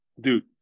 dude